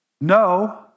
No